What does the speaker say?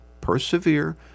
persevere